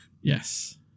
Yes